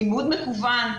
לימוד מקוון,